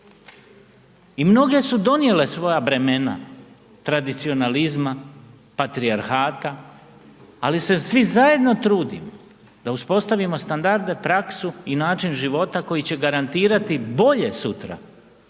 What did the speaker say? I mnoge su donijele svoja bremena tradicionalizma, patrijarhata ali se svi zajedno trudimo da uspostavimo standarde, praksu i način života koji će garantirati bolje sutra